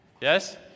Yes